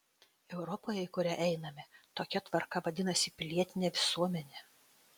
europoje į kurią einame tokia tvarka vadinasi pilietine visuomene